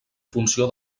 funció